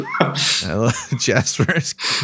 Jasper